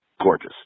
gorgeous